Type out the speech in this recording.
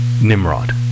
Nimrod